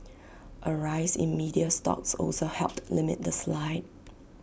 A rise in media stocks also helped limit the slide